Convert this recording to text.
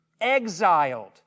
exiled